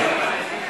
כן.